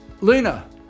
Luna